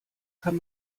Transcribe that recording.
kann